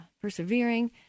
persevering